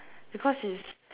because he's